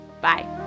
bye